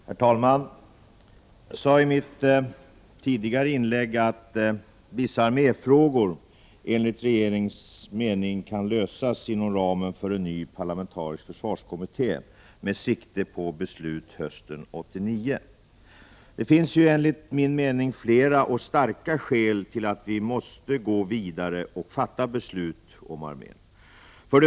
Herr talman! Jag sade i mitt tidigare inlägg att vissa arméfrågor enligt regeringens mening kan lösas inom ramen för en ny parlamentarisk försvarskommitté med sikte på beslut hösten 1989. Det finns enligt min mening flera starka skäl till att vi måste gå vidare och fatta beslut om armén.